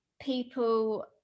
people